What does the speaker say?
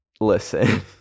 listen